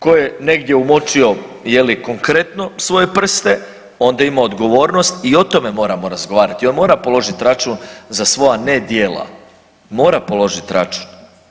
Ko je negdje umočio je li konkretno svoje prste onda ima odgovornost i o tome moramo razgovarati i on mora položiti račun za svoja nedjela, mora položiti račun.